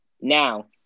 now